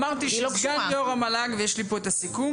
ביקשנו שסגן יור המל"ג ויש לי פה את הסיכום